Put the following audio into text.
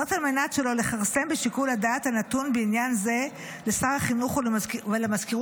על מנת שלא לכרסם בשיקול הדעת הנתון בעניין זה לשר החינוך ולמזכירות